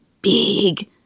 big